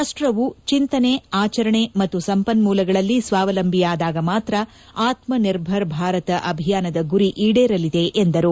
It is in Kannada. ರಾಷ್ಟವು ಚಿಂತನೆ ಆಚರಣೆ ಮತ್ತು ಸಂಪನ್ನೂಲಗಳಲ್ಲಿ ಸ್ನಾವಲಂಬಿಯಾದಾಗ ಮಾತ್ರ ಆತ್ತನಿರ್ಭರ ಭಾರತ ಅಭಿಯಾನದ ಗುರಿ ಈಡೇರಲಿದೆ ಎಂದರು